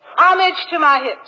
homage to my